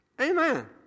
Amen